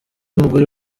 mugore